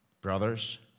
Brothers